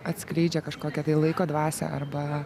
atskleidžia kažkokią tai laiko dvasią arba